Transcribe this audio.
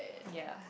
ya